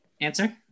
answer